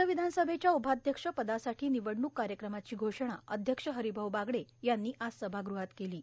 राज्य र्वधानसभेच्या उपाध्यक्ष पदासाठी र्विनवडणूक कायक्रमाची घोषणा अध्यक्ष र्हारभाऊ बागडे यांनी आज सभागृहात केलो